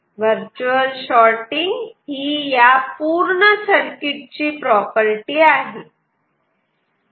खरेतर virtual shorting ही ह्या पूर्ण सर्किट ची प्रॉपर्टी आहे